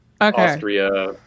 Austria